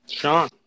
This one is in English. Sean